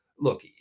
Look